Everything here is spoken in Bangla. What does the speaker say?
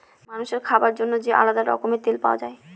মানুষের খাবার জন্য যে আলাদা রকমের তেল পাওয়া যায়